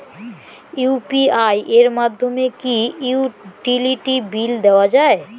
UPI এর মাধ্যমে কি ইউটিলিটি বিল দেওয়া যায়?